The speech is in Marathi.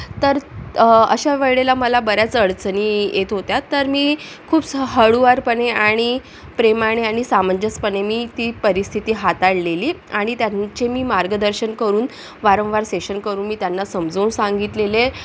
तर अशा वेळेला मला बऱ्याच अडचणी येत होत्या तर मी खूप हळूवारपणे आणि प्रेमाने आणि समंजसपणे मी ती परिस्थिती हाताळलेली आणि त्यांचे मी मार्गदर्शन करून वारंवार सेशन करून मी त्यांना समजावून सांगितलेले